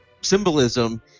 symbolism